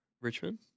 Richmond